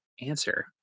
answer